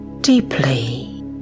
deeply